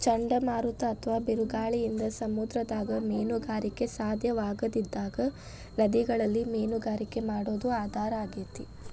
ಚಂಡಮಾರುತ ಅತ್ವಾ ಬಿರುಗಾಳಿಯಿಂದ ಸಮುದ್ರದಾಗ ಮೇನುಗಾರಿಕೆ ಸಾಧ್ಯವಾಗದಿದ್ದಾಗ ನದಿಗಳಲ್ಲಿ ಮೇನುಗಾರಿಕೆ ಮಾಡೋದು ಆಧಾರ ಆಗೇತಿ